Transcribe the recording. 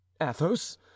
athos